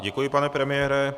Děkuji, pane premiére.